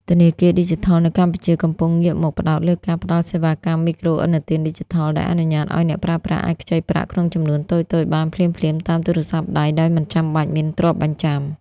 ធនាគារឌីជីថលនៅកម្ពុជាកំពុងងាកមកផ្ដោតលើការផ្ដល់សេវាកម្ម មីក្រូឥណទានឌីជីថល ដែលអនុញ្ញាតឱ្យអ្នកប្រើប្រាស់អាចខ្ចីប្រាក់ក្នុងចំនួនតូចៗបានភ្លាមៗតាមទូរស័ព្ទដៃដោយមិនចាំបាច់មានទ្រព្យបញ្ចាំ។